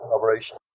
collaboration